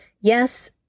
yes